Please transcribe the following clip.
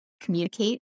communicate